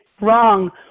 Wrong